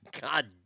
God